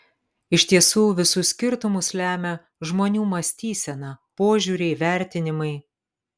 iš tiesų visus skirtumus lemia žmonių mąstysena požiūriai vertinimai